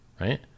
right